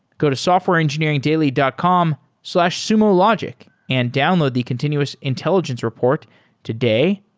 go to softwareengineeringdaily dot com slash sumologic and download the continuous intelligence report today.